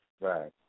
Right